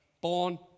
born